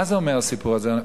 מה אומר הסיפור הזה?